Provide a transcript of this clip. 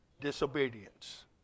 disobedience